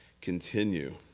continue